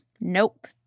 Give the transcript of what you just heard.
nope